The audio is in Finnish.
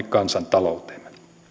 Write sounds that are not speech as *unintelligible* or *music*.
*unintelligible* kansantalouteemme